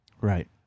Right